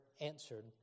answered